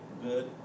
good